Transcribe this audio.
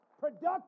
productive